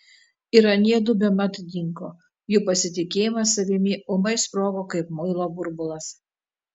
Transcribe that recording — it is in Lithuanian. ir aniedu bemat dingo jų pasitikėjimas savimi ūmai sprogo kaip muilo burbulas